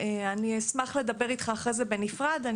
אני אשמח לדבר איתך אחרי זה בנפרד.